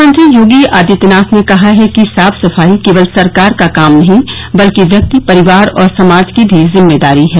मुख्यमंत्री योगी आदित्यनाथ ने कहा है कि साफ सफाई केवल सरकार का काम नहीं बल्कि व्यक्ति परिवार और समाज की भी जिम्मेदारी है